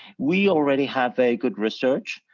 we already have a good research,